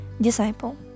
Disciple